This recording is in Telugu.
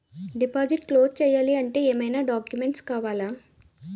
డిపాజిట్ క్లోజ్ చేయాలి అంటే ఏమైనా డాక్యుమెంట్స్ కావాలా?